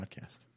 podcast